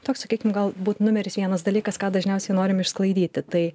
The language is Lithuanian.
toks sakykim galbūt numeris vienas dalykas ką dažniausiai norim išsklaidyti tai